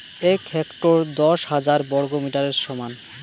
এক হেক্টর দশ হাজার বর্গমিটারের সমান